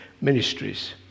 ministries